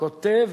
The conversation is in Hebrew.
כותב